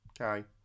Okay